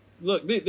Look